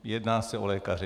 Jedná se o lékaře.